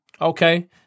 Okay